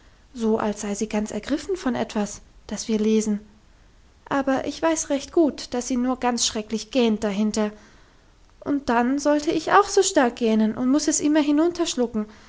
so als sei sie ganz ergriffen von etwas das wir lesen aber ich weiß recht gut dass sie nur ganz schrecklich gähnt dahinter und dann sollte ich auch so stark gähnen und muss es immer